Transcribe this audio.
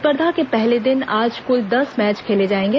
स्पर्धा के पहले दिन आज कुल दस मैच खेले जाएंगे